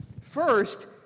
First